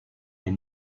est